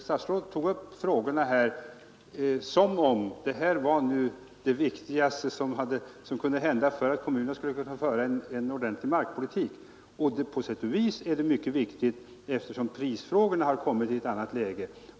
Statsrådet Lidbom tog nu upp dessa frågor som om det var det viktigaste som gjorts för att kommunerna skall kunna föra en ordentlig markpolitik — och på sätt och vis är det mycket viktigt, eftersom prisfrågorna har kommit i ett annat läge.